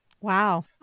Wow